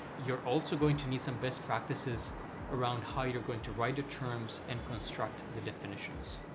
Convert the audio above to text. you're also going to need some best practices around how you're going to write the terms and construct the definitions.